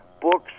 books